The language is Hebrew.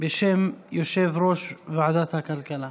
בשם יושב-ראש ועדת הכלכלה.